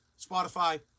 Spotify